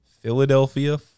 Philadelphia